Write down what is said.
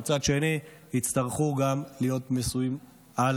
ומצד שני יצטרכו להיות ממוסות על